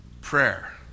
prayer